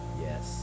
Yes